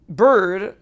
bird